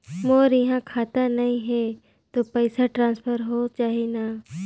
मोर इहां खाता नहीं है तो पइसा ट्रांसफर हो जाही न?